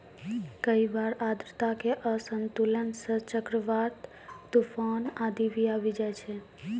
कई बार आर्द्रता के असंतुलन सं चक्रवात, तुफान आदि भी आबी जाय छै